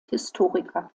historiker